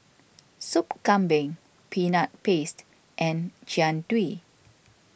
Soup Kambing Peanut Paste and Jian Dui